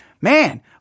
Man